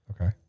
Okay